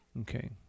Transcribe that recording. Okay